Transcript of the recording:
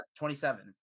27